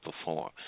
perform